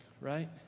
right